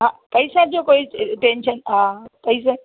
हा पैसा जो कोई टेंशन हा पैसा